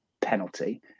penalty